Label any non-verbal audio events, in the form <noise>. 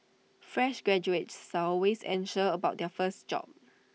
fresh graduates <unintelligible> always anxious about their first job